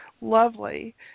lovely